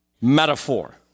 metaphor